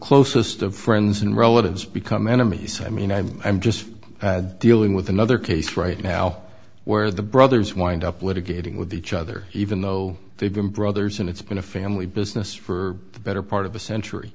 closest of friends and relatives become enemies i mean i'm i'm just dealing with another case right now where the brothers wind up litigating with each other even though they've been brothers and it's been a family business for the better part of a century